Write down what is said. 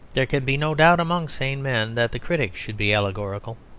there can be no doubt among sane men that the critic should be allegorical.